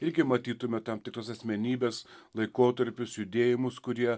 irgi matytume tam tikras asmenybes laikotarpius judėjimus kurie